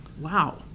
Wow